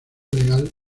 legal